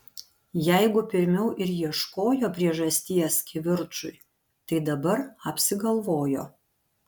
jeigu pirmiau ir ieškojo priežasties kivirčui tai dabar apsigalvojo